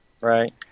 Right